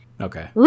Okay